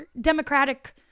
democratic